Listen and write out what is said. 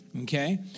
Okay